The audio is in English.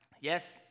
Yes